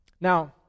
Now